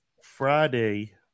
Friday